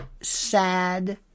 sad